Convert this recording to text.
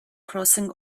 crossing